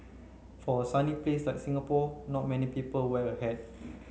for a sunny place like Singapore not many people wear a hat